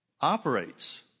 operates